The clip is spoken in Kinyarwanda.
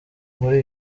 muri